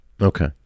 okay